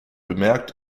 bemerkt